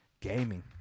gaming